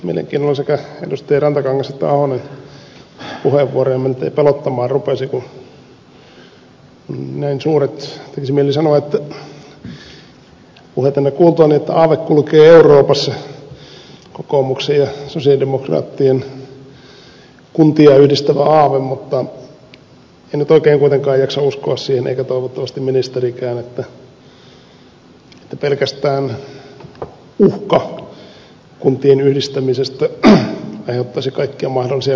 ahosen puheenvuoroja ja miltei pelottamaan rupesi kun näin suuri tekisi mieli sanoa puheitanne kuultuani aave kulkee euroopassa kokoomuksen ja sosialidemokraattien kuntia yhdistävä aave mutta en nyt oikein kuitenkaan jaksa uskoa siihen eikä toivottavasti ministerikään että pelkästään uhka kuntien yhdistämisestä aiheuttaisi kaikkia mahdollisia kauheuksia